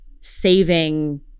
saving